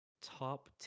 Top